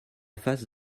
face